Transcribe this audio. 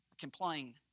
complain